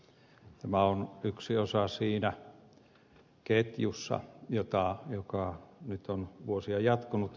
tämä on yksi osa siinä ketjussa joka nyt on vuosia jatkunut